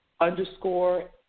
underscore